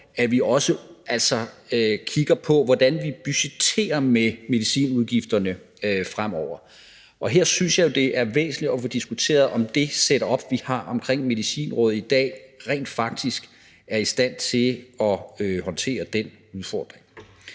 at vi også kigger på, hvordan vi budgetterer med medicinudgifterne fremover. Og her synes jeg, det er væsentligt at få diskuteret, om det setup, vi har omkring Medicinrådet i dag, rent faktisk er i stand til at håndtere den udfordring.